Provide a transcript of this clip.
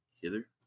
hither